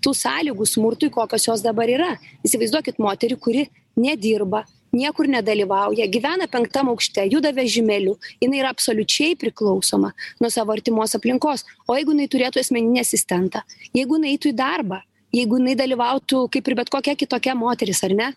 tų sąlygų smurtui kokios jos dabar yra įsivaizduokit moterį kuri nedirba niekur nedalyvauja gyvena penktam aukšte juda vežimėliu jinai yra absoliučiai priklausoma nuo savo artimos aplinkos o jeigu jinai turėtų asmeninį asistentą jeigu nueitų į darbą jeigu jinai dalyvautų kaip ir bet kokia kitokia moteris ar ne